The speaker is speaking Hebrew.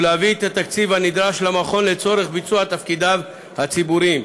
ולהביא את התקציב הנדרש למכון לצורך ביצוע תפקידיו הציבוריים,